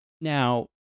Now